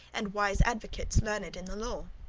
and wise advocates learned in the law.